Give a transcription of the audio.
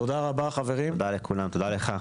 תודה רבה, תודה לך.